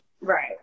Right